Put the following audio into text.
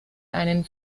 einen